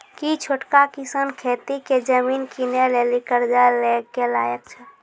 कि छोटका किसान खेती के जमीन किनै लेली कर्जा लै के लायक छै?